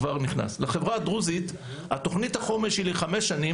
לחברה הדרוזית תוכנית החומש היא לחמש שנים